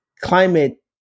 Climate